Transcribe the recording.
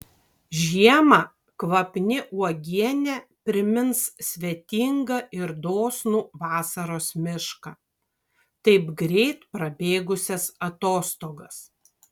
žiemą kvapni uogienė primins svetingą ir dosnų vasaros mišką taip greit prabėgusias atostogas